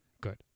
good